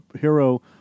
hero